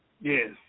Yes